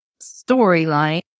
storyline